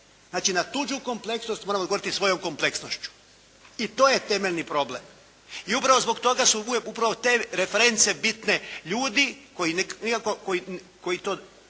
Znači na tuđu kompleksnost moramo odgovoriti svojom kompleksnošću i to je temeljni problem. I upravo zbog toga su upravo te reference bitne ljudi koji